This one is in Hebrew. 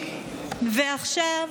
ועכשיו,